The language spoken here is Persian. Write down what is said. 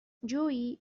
جویی